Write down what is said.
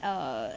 err